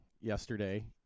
yesterday